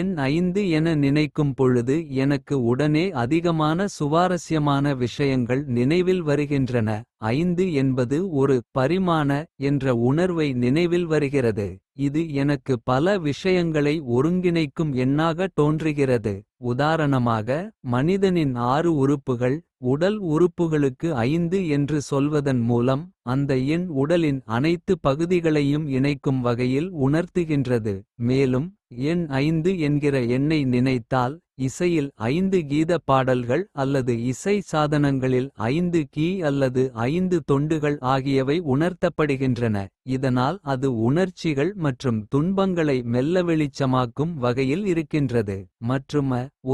எண் என நினைக்கும் பொழுது எனக்கு உடனே. அதிகமான சுவாரஸ்யமான விஷயங்கள் நினைவில் வருகின்றன. என்பது ஒரு பரிமாண என்ற உணர்வை நினைவில் வருகிறது. இது எனக்கு பல விஷயங்களை ஒருங்கிணைக்கும். எண்ணாக தோன்றுகிறது உதாரணமாக மனிதனின் ஆறு உறுப்புகள். உடல் உறுப்புகளுக்கு என்று சொல்வதன் மூலம். அந்த எண் உடலின் அனைத்து பகுதிகளையும். இணைக்கும் வகையில் உணர்த்துகின்றது மேலும். எண் என்கிற எண்ணை நினைத்தால் இசையில். கீத பாடல்கள் அல்லது இசை சாதனங்களில் கீ அல்லது. தொண்டுகள் ஆகியவை உணர்த்தப்படுகின்றன. இதனால் அது உணர்ச்சிகள் மற்றும் துன்பங்களை. மெல்லவெளிச்சமாக்கும் வகையில் இருக்கின்றது. மற்றும